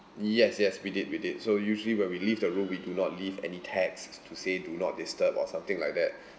yes yes we did we did so usually when we leave the room we do not leave any tags to say do not disturb or something like that